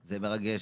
זה מרגש.